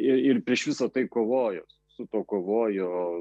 ir ir prieš visa tai kovojo su tuo kovojo